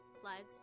floods